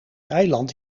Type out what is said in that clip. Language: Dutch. eiland